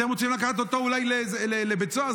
אתם רוצים לקחת אותו אולי לבית סוהר,